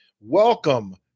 Welcome